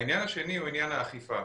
העניין השני הוא עניין האכיפה.